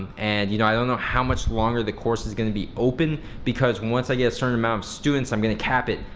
and you know i don't know how much longer the course is gonna be open because once i get a certain amount of students i'm gonna cap it,